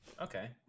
Okay